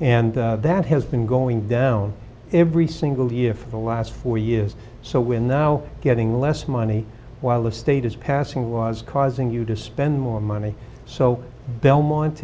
and that has been going down every single year for the last four years so we're now getting less money while the state is passing laws causing you to spend more money so belmont